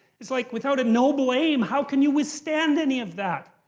it's like without a noble aim, how can you withstand any of that?